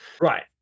right